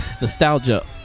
Nostalgia